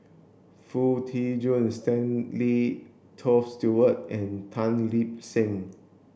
Foo Tee Jun Stanley Toft Stewart and Tan Lip Seng